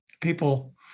people